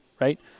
Right